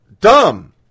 dumb